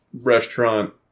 restaurant